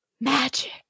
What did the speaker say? Magic